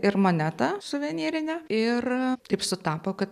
ir monetą suvenyrinę ir taip sutapo kad